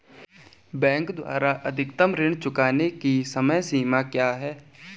Bank द्वारा अधिकतम ऋण चुकाने की समय सीमा क्या है?